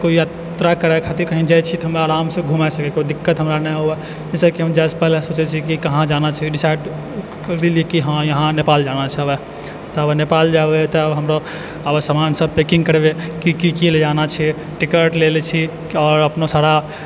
कोइ यात्रा करै खातिर कहीँ जाइ छिए तऽ हम आरामसँ घुमि सकी कोइ दिक्कत हमरा नहि हुअए जाहिसँ कि हम जाइसँ पहिले सोचै छिए कि कहाँ जाना छै डिसाइड करलिएकि हँ नेपाल जाना छै अबै तब नेपाल जेबै तऽ हमरो आवश्यक समानसब पैकिङ्ग करबै की की लऽ जाना छै टिकट लेले छी आओर अपनो सारा